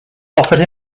offered